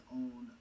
own